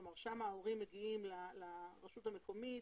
כלומר, שם ההורים מגיעים לרשות המקומית,